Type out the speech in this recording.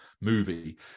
movie